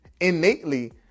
innately